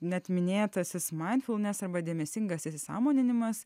net minėtasis manfulnas arba dėmesingas įsisąmoninimas